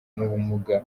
n’ubumuga